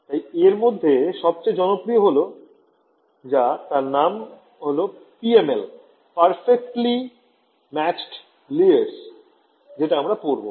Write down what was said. তাই এর মধ্যে সবচেয়ে জনপ্রিয় হল যা তার নাম হল PML Perfectly Matched Layers যেটা আমরা পড়বো